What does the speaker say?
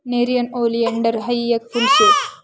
nerium oleander हायी येक फुल शे